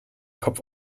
kopf